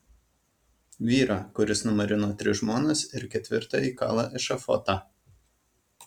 vyrą kuris numarino tris žmonas ir ketvirtajai kala ešafotą